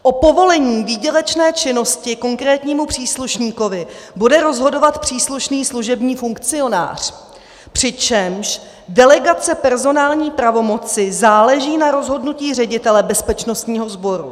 O povolení výdělečné činnosti konkrétnímu příslušníkovi bude rozhodovat příslušný služební funkcionář, přičemž delegace personální pravomoci záleží na rozhodnutí ředitele bezpečnostního sboru.